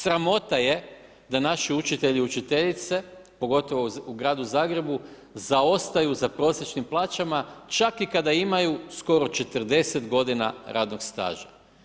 Sramota je da naši učitelji i učiteljice pogotovo u Gradu Zagrebu zaostaju za prosječnim plaćama čak i kada imaju skoro 40 godina radnog staža.